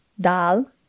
dal